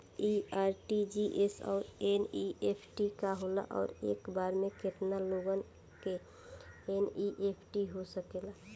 इ आर.टी.जी.एस और एन.ई.एफ.टी का होला और एक बार में केतना लोगन के एन.ई.एफ.टी हो सकेला?